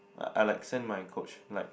I I like send my coach like